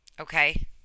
Okay